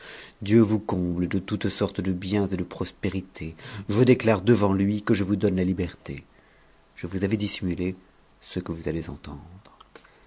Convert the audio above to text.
dieu vous comble de toutes sortes de biens et de prospérités je déclare devant lui que je vous donne la liberté je vous avais dissimulé ce que vous allez entendre